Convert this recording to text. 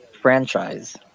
franchise